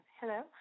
hello